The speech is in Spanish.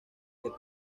que